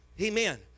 Amen